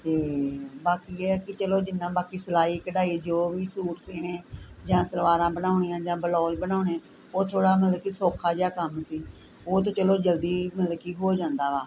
ਅਤੇ ਬਾਕੀ ਇਹ ਹੈ ਕਿ ਚਲੋ ਜਿੰਨਾ ਬਾਕੀ ਸਿਲਾਈ ਕਢਾਈ ਜੋ ਵੀ ਸੂਟ ਸਿਊਣੇ ਜਾਂ ਸਲਵਾਰਾਂ ਬਣਾਉਣੀਆਂ ਜਾਂ ਬਲੋਜ ਬਣਾਉਣੇ ਉਹ ਥੋੜ੍ਹਾ ਮਤਲਬ ਕਿ ਸੌਖਾ ਜਿਹਾ ਕੰਮ ਸੀ ਉਹ ਤਾਂ ਚਲੋ ਜਲਦੀ ਮਤਲਬ ਹੋ ਜਾਂਦਾ ਵਾ